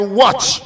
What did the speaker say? watch